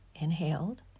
inhaled